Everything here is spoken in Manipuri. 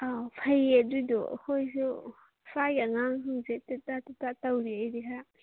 ꯑꯣ ꯐꯩꯌꯦ ꯑꯗꯨꯗꯣ ꯑꯩꯈꯣꯏꯁꯨ ꯁ꯭ꯋꯥꯏ ꯑꯉꯥꯡꯁꯤꯡꯁꯦ ꯇꯦꯇꯥ ꯇꯦꯇꯥ ꯇꯧꯔꯤꯌꯦ ꯑꯩꯗꯤ ꯈꯔ